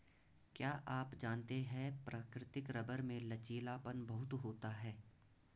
क्या आप जानते है प्राकृतिक रबर में लचीलापन बहुत होता है?